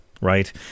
right